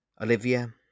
Olivia